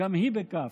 גם היא בכ'